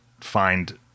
find